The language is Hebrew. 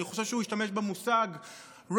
אני חושב שהוא השתמש במושג robust,